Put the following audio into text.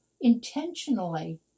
intentionally